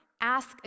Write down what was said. ask